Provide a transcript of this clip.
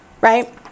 right